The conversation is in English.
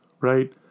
right